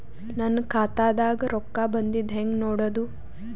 ನನ್ನ ಖಾತಾದಾಗ ರೊಕ್ಕ ಬಂದಿದ್ದ ಹೆಂಗ್ ನೋಡದು?